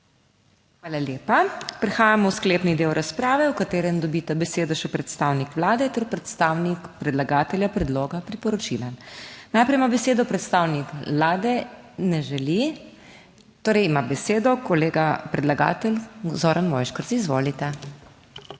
Hvala lepa. Prehajamo v sklepni del razprave v katerem dobita besedo še predstavnik Vlade ter predstavnik predlagatelja predloga priporočila. Najprej ima besedo predstavnik Vlade. Ne želi, torej ima besedo kolega predlagatelj Zoran Mojškerc. Izvolite.